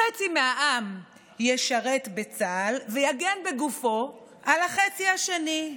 חצי מהעם ישרת בצה"ל ויגן בגופו על החצי השני,